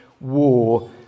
war